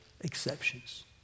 exceptions